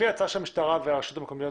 לפי ההצעה של המשטרה והרשויות המקומיות,